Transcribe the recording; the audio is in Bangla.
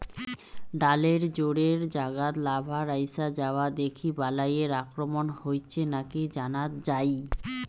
ডালের জোড়ের জাগাত লার্ভার আইসা যাওয়া দেখি বালাইয়ের আক্রমণ হইছে নাকি জানাত যাই